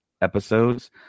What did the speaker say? episodes